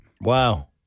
Wow